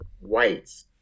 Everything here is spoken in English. whites